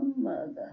mother